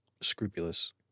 scrupulous